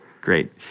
Great